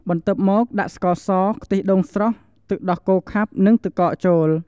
បន្ទាប់មកដាក់ស្ករស ខ្ទិះដូងស្រស់ ទឹកដោះគោខាប់ និងទឹកកកចូល។